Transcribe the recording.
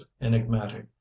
enigmatic